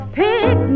pick